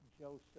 Joseph